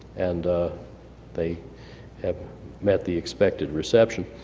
and they have met the expected reception.